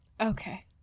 Okay